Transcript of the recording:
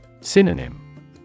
Synonym